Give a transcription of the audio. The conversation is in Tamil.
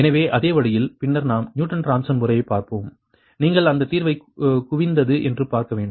எனவே அதே வழியில் பின்னர் நாம் நியூட்டன் ராப்சன் முறையைப் பார்ப்போம் நீங்கள் அந்தத் தீர்வை குவிந்தது என்று பார்க்க வேண்டும்